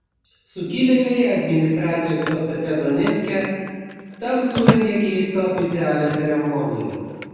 sukilėliai administracijos pastate donecke tam surengė keistą oficialią ceremoniją